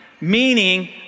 Meaning